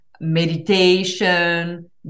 meditation